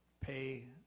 pay